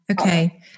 Okay